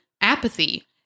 apathy